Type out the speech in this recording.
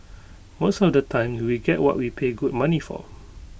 most of the time we get what we pay good money for